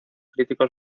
críticos